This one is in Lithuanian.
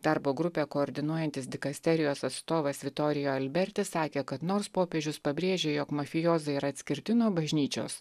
darbo grupę koordinuojantis dikasterijos atstovas viktorija alberti sakė kad nors popiežius pabrėžia jog mafijozai yra atskirti nuo bažnyčios